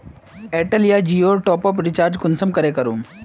Airtel या जियोर top आप रिचार्ज कुंसम करे करूम?